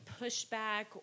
pushback